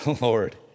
Lord